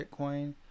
Bitcoin